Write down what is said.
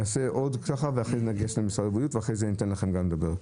נשמע עוד דוברים ואז נפנה למשרד הבריאות ואחרי כן אתן גם לכם לדבר.